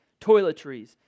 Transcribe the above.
toiletries